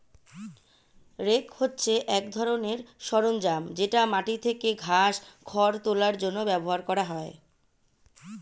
rake হচ্ছে এক ধরনের সরঞ্জাম যেটা মাটি থেকে ঘাস, খড় তোলার জন্য ব্যবহার করা হয়